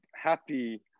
happy